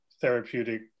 therapeutic